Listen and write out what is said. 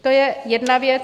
To je jedna věc.